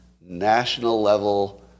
national-level